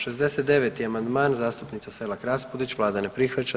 69. amandman, zastupnice Selak Raspudić, Vlada ne prihvaća.